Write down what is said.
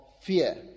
fear